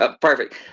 Perfect